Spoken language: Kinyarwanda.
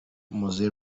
mowzey